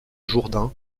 jourdain